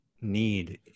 need